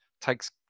takes